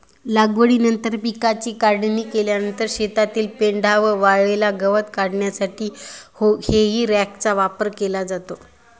लागवडीनंतर पिकाची काढणी केल्यानंतर शेतातील पेंढा व वाळलेले गवत काढण्यासाठी हेई रॅकचा वापर केला जातो